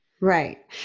Right